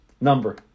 Number